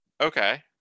Okay